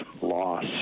loss